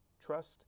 trust